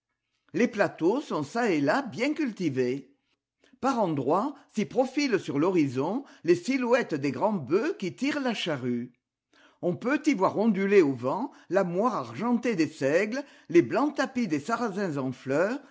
les plateaux sont ça et là bien cultivés par endroits s'y profilent sur l'horizon les silhouettes des grands bœufs qui tirent la charrue on peut y voir onduler au vent la moire argentée des seigles les blancs tapis des sarrasins en fleurs